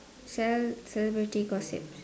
sell celebrity gossips